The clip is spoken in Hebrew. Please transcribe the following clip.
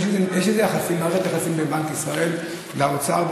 יש איזו מערכת יחסים בין בנק ישראל לאוצר,